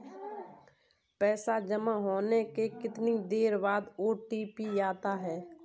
पैसा जमा होने के कितनी देर बाद ओ.टी.पी आता है?